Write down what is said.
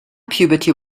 puberty